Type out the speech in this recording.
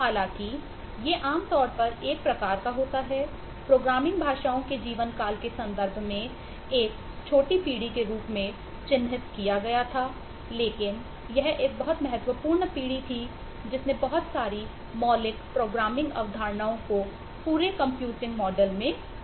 हालांकि ये आमतौर पर एक प्रकार का होता है प्रोग्रामिंग भाषाओं के जीवनकाल के संदर्भ में एक छोटी पीढ़ी के रूप में चिह्नित किया गया था लेकिन यह एक बहुत महत्वपूर्ण पीढ़ी थी जिसने बहुत सारी मौलिक प्रोग्रामिंग अवधारणाओं को पूरे कंप्यूटिंग मॉड्यूल मैं पेश किया